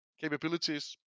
capabilities